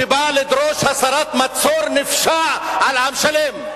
שבא לדרוש הסרת מצור נפשע על עם שלם.